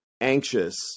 anxious